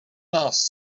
nás